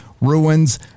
ruins